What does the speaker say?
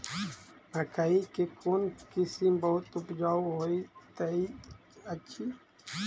मकई केँ कोण किसिम बहुत उपजाउ होए तऽ अछि?